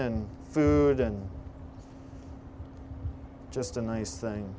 and food and just a nice thing